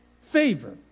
Favor